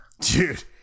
dude